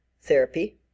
therapy